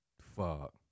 Fuck